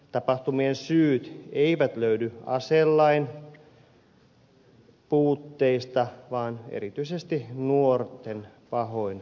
tapahtumien syyt eivät löydy aselain puutteista vaan erityisesti nuorten pahoinvoinnista